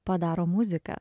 padaro muzika